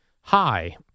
Hi